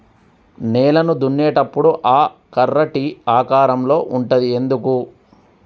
నేలను దున్నేటప్పుడు ఆ కర్ర టీ ఆకారం లో ఉంటది ఎందుకు?